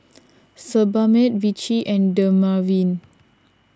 Sebamed Vichy and Dermaveen